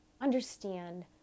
understand